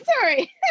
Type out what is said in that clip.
Sorry